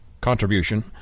contribution